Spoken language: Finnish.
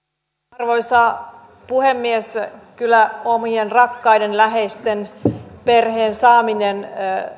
arvoisa puhemies kyllä omien rakkaiden läheisten perheen saaminen